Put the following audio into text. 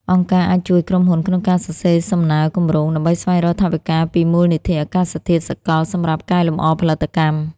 អង្គការអាចជួយក្រុមហ៊ុនក្នុងការសរសេរសំណើគម្រោង ដើម្បីស្វែងរកថវិកាពីមូលនិធិអាកាសធាតុសកលសម្រាប់កែលម្អផលិតកម្ម។